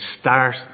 Start